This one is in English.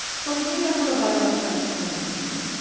so we need a neurobiological explanation for it.